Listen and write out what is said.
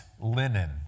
linen